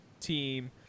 team